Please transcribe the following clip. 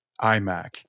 iMac